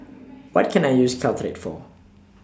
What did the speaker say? What Can I use Caltrate For